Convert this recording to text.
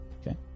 Okay